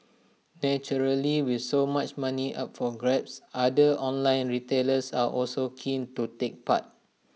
naturally with so much money up for grabs other online retailers are also keen to take part